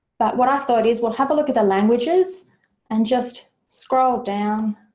but what i thought is, we'll have a look at the languages and just scroll down,